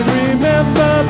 remember